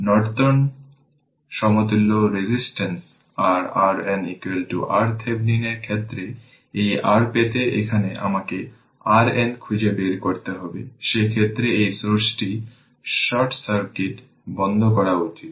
Norton সমতুল্য resistance r RN RThevenin এর ক্ষেত্রে এই r পেতে এখানে আপনাকে RN খুঁজে বের করতে হবে সেই ক্ষেত্রে এই সোর্সটি শর্ট সার্কিট বন্ধ করা উচিত